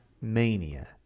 mania